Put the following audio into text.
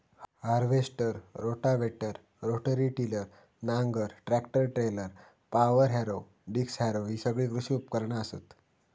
harvester, rotavator, rotary tiller, नांगर, tractor trailer, power harrow, disc harrow हि सगळी कृषी उपकरणा असत